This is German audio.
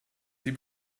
sie